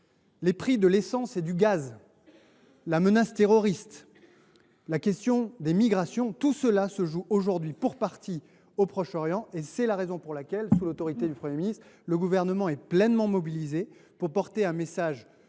des prix de l’essence et du gaz, de la menace terroriste, ou de la question des migrations, tout se joue aujourd’hui, pour partie, au Proche Orient. C’est la raison pour laquelle, sous l’autorité du Premier ministre, le Gouvernement est pleinement mobilisé pour porter un message